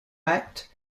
act